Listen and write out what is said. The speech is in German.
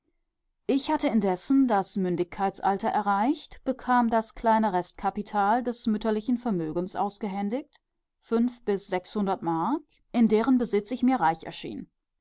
ich hatte indessen das mündigkeitsalter erreicht bekam das kleine restkapital des mütterlichen vermögens ausgehändigt fünf bis sechshundert mark in deren besitz ich mir reich erschien